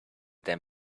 them